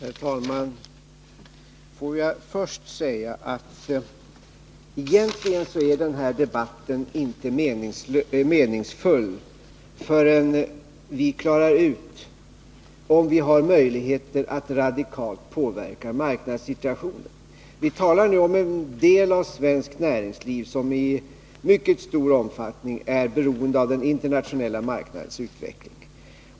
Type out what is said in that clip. Herr talman! Får jag först säga att den här debatten egentligen inte är meningsfull förrän vi klarar ut om vi har möjligheter att radikalt påverka marknadssituationen. Vi talar nu om en del av svenskt näringsliv, som i mycket stor omfattning är beroende av den internationella marknadens utveckling.